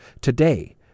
today